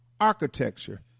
architecture